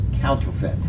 counterfeit